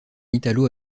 italo